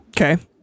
Okay